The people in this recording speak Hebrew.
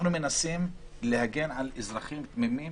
אנחנו מנסים להגן על אזרחים תמימים